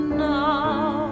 now